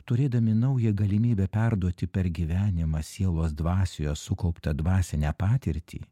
turėdami naują galimybę perduoti per gyvenimą sielos dvasioje sukauptą dvasinę patirtį